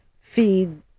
feed